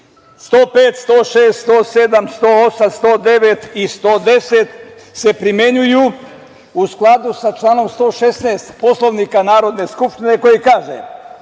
105, 106, 107, 108, 109. i 110. se primenjuju u skladu sa članom 116. Poslovnika Narodne skupštine koji kaže